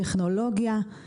הטכנולוגיה תהיה.